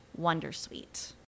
Wondersuite